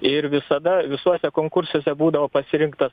ir visada visuose konkursuose būdavo pasirinktas